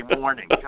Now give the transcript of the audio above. morning